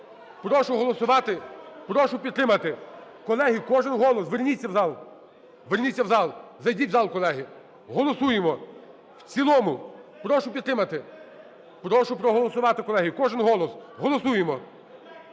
Прошу голосувати, прошу підтримати. Колеги, кожен голос, верніться в зал, верніться в зал, зайдіть в зал, колеги. Голосуємо в цілому, прошу підтримати, прошу проголосувати, колеги, кожен голос, голосуємо.